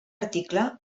article